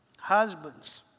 Husbands